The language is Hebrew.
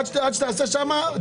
עד שתעשה שם,